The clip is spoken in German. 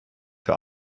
für